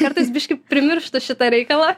kartais biškį primirštu šitą reikalą